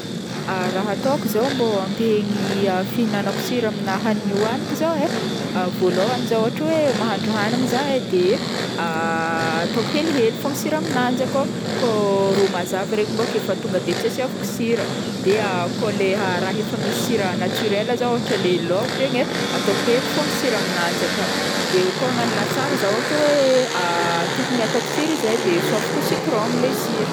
Raha ataoko zao mbô ampihegny fihinanako sira amy raha ihoagniko zao e, vôlohagny zao ôhatra hoe e, mahandro agnagna zaho e de ataoko helihely fogna sira amin'anjy akao, koa ro mazava regny mônko efa tonga de tsy asiako sira, de kô leha raha efa misy sira naturel regny ôhatra le laoko regny e, ataoko hely fogna sira aminanjy akao, de koa agnagno lasary zao ôhatra hoe tokony ataoko sira izy e de sôviko sitrogno le sira.